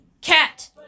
Cat